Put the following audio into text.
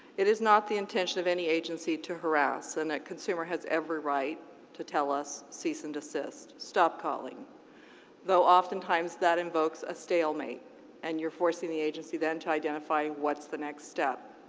it is not the intention of any agency to harass and a consumer has every right to tell us cease and desist stop calling though often times that invokes a stalemate and you're forcing the agency then to identify what's the next step.